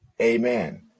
amen